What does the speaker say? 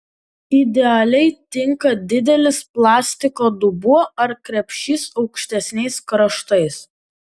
idealiai tinka didelis plastiko dubuo ar krepšys aukštesniais kraštais